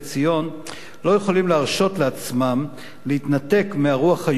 לא יכולים להרשות לעצמם להתנתק מהרוח היהודית,